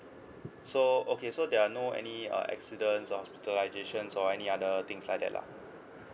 so okay so there are no any uh accidents or hospitalisation or any other things like that lah